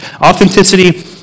Authenticity